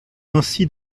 ainsi